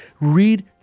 Read